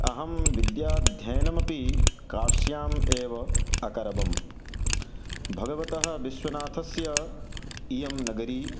अहं विद्याध्ययनमपि काश्याम् एव अकरवं भगवतः विश्वनाथस्य इयं नगरी